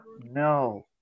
no